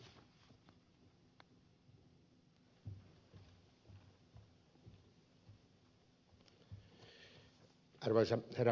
arvoisa herra puhemies